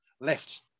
left